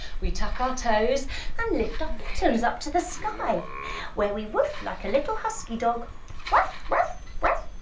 we tuck our toes and lift our bottoms up to the sky where we woof like a little husky dog woof woof woof!